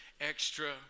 extra